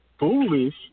foolish